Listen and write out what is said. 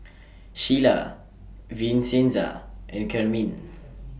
Shelia Vincenza and Carmine